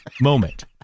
Moment